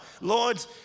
Lord